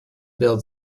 build